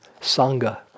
Sangha